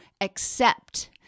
accept